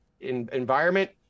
environment